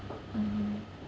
mmhmm